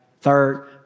Third